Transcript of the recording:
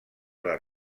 les